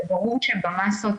זה ברור שבמסות,